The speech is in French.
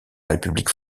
république